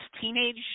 teenage